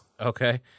Okay